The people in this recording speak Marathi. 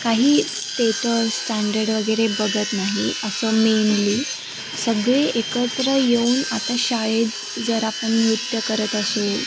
काही स्टेटस स्टँडर्ड वगैरे बघत नाही असं मेनली सगळे एकत्र येऊन आता शाळेत जर आपण नृत्य करत असू